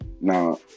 Now